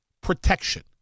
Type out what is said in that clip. protection